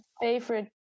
favorite